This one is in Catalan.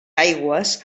aigües